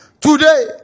Today